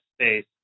space